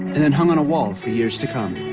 and then hung on a wall for years to come